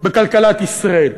בכלכלת ישראל,